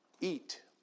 eat